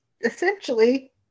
essentially